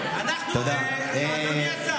אז מה אם אתה מגנה.